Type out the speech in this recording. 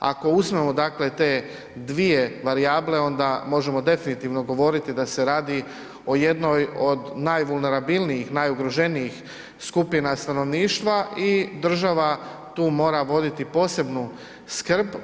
Ako uzmemo, dakle te dvije varijable onda možemo definitivno govoriti da se radi o jednoj od najvulnerabilnijih, najugroženijih skupina stanovništva i država tu mora voditi posebnu skrb.